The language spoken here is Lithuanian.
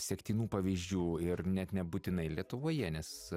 sektinų pavyzdžių ir net nebūtinai lietuvoje nes